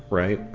right?